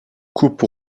coupe